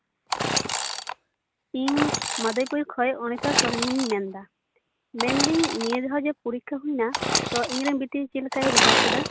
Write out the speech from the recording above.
ᱤᱧ ᱢᱟᱫᱟᱭᱯᱩᱨ ᱠᱷᱚᱱ ᱚᱱᱤᱛᱟ ᱥᱚᱨᱮᱱᱤᱧ ᱢᱮᱱᱫᱟ ᱢᱮᱱᱫᱤᱧ ᱱᱤᱭᱟᱹ ᱫᱷᱟᱣ ᱡᱟᱦᱟᱸ ᱯᱚᱨᱤᱠᱠᱷᱟ ᱦᱩᱭᱱᱟ ᱛᱚ ᱤᱧᱨᱮᱱ ᱵᱤᱴᱤ ᱪᱮᱫᱞᱮᱠᱟᱭ ᱨᱮᱡᱟᱞ ᱠᱮᱫᱟ